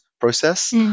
process